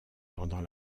pendant